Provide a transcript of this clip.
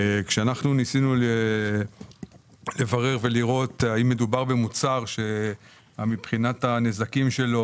כשאנחנו ניסינו לברר ולראות האם מדובר במוצר שמבחינת הנזקים שלו,